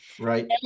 right